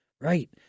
right